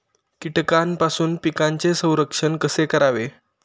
कीटकांपासून पिकांचे संरक्षण कसे करावे?